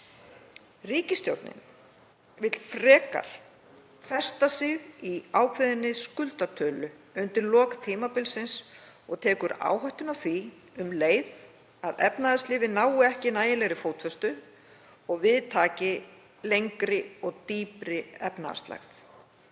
Ríkisstjórnin vill frekar festa sig í ákveðinni skuldatölu undir lok tímabilsins og tekur áhættuna á því um leið að efnahagslífið nái ekki nægilegri fótfestu og við taki lengri og dýpri efnahagslægð.